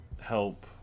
help